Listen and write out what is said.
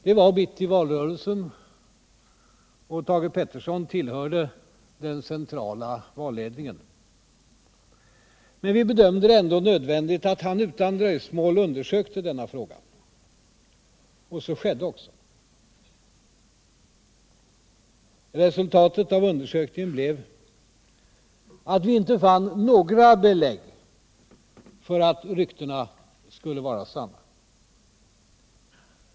Det var mitt I valrörelsen och Thage Peterson tillhörde den centrala valledningen, men vi bedömde det ändå nödvändigt att han utan dröjsmål undersökte denna fråga. Så skedde också.